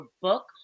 book